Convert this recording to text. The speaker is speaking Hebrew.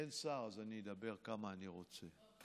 אין שר, אז אני מדבר כמה שאני רוצה.